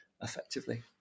effectively